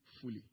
fully